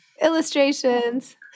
illustrations